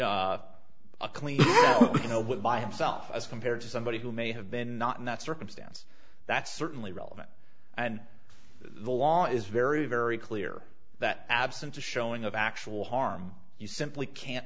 clean you know what by himself as compared to somebody who may have been not in that circumstance that's certainly relevant and the law is very very clear that absent a showing of actual harm you simply can't